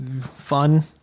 fun